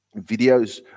videos